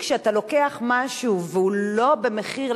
כשאתה לוקח משהו והוא לא במחיר,